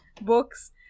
books